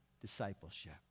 Discipleship